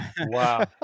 Wow